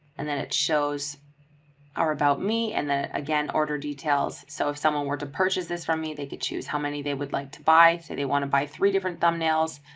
and then it shows are about me and then again, order details. so if someone were to purchase this from me, they could choose how many they would like to buy, say they want to buy three different thumbnails,